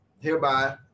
hereby